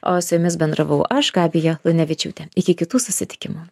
o su jumis bendravau aš gabija lunevičiūtė iki kitų susitikimų